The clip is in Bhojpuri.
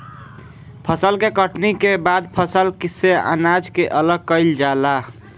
फसल के कटनी के बाद फसल से अनाज के अलग कईल जाला